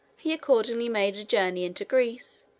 he accordingly made a journey into greece,